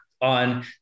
on